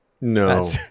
no